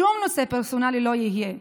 שום נושא פרסונלי לא יהיה".